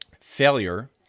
Failure